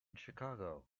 chicago